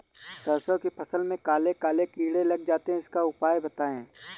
सरसो की फसल में काले काले कीड़े लग जाते इसका उपाय बताएं?